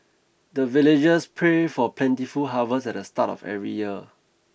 the villagers pray for plentiful harvest at the start of every year